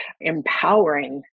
empowering